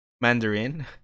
Mandarin